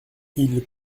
ils